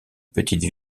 petite